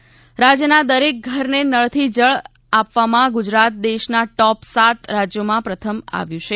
નળ સે જળ રાજ્યના દરેક ઘરને નળથી જળ આપવામાં ગુજરાત દેશના ટોપ સાત રાજ્યોમાં પ્રથમ આવ્યું છે